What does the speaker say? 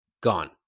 Gone